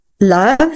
love